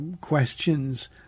questions